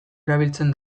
erabiltzen